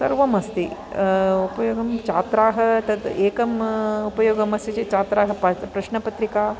सर्वम् अस्ति उपयोगं छात्रा तद् एकम् उपयोगम् अस्ति चेत् छात्रा प्रश्नपत्रिका